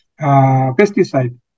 pesticide